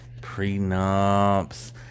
Prenups